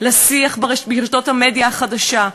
לשיח ברשתות המדיה החדשה.